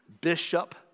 bishop